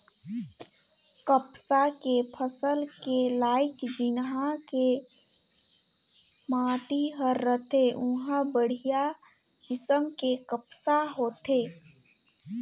कपसा के फसल के लाइक जिन्हा के माटी हर रथे उंहा बड़िहा किसम के कपसा होथे